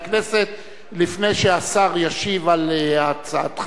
חברי הכנסת לפני שהשר ישיב על הצעתך.